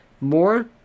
more